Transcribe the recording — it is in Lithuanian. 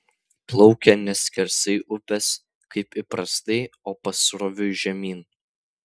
plaukia ne skersai upės kaip įprastai o pasroviui žemyn